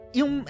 yung